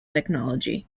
technology